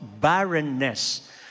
barrenness